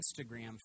Instagram